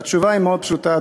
והתשובה היא מאוד פשוטה,